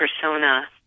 persona